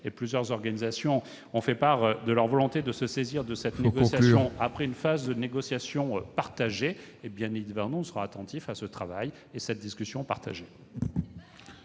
Plusieurs organisations ont fait part de leur volonté de se saisir de cette négociation après une phase de négociation partagée. Il faut conclure. Bien évidemment, le Gouvernement sera attentif à ce travail et à cette discussion partagée.